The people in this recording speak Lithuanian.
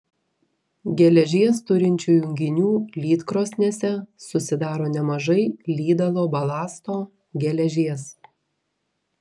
geležies turinčių junginių lydkrosnėse susidaro nemažai lydalo balasto geležies